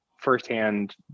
firsthand